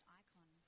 icon